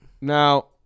Now